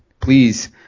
please